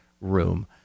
room